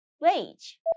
wage